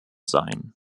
sein